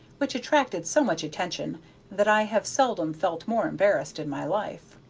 which attracted so much attention that i have seldom felt more embarrassed in my life.